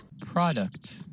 Product